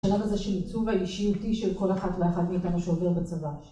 שלב הזה של עיצוב האישיותי של כל אחת ואחד מאיתנו שעובר בצבא.